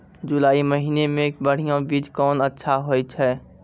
जुलाई महीने मे बढ़िया बीज कौन अच्छा होय छै?